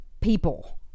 people